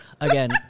again